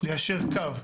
ליישר קו,